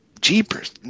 jeepers